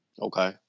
Okay